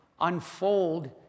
unfold